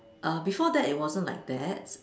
uh before that it wasn't like that